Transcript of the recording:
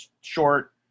short